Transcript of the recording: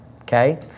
Okay